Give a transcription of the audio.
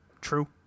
True